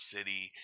City